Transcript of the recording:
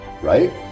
right